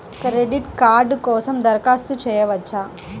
Credit card కోసం దరఖాస్తు చేయవచ్చా?